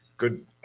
good